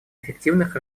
эффективных